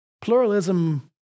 Pluralism